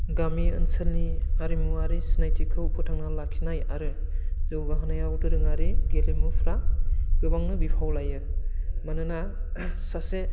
गामि ओनसोलनि आरिमुआरि सिनायथिखौ फोथांना लाखिनाय आरो जौगाहोनायाव दोरोङारि गेलेमुफ्रा गोबांनो बिफाव लायो मानोना सासे